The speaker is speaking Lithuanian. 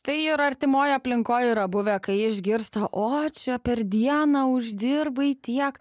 tai ir artimoj aplinkoj yra buvę kai išgirsta o čia per dieną uždirbai tiek